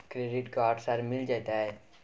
Credit card sir मिल जेतै?